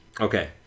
Okay